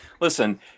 listen